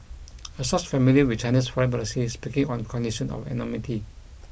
a source familiar with China's foreign policy is speaking on condition of anonymity